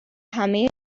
همه